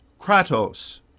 Kratos